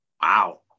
Wow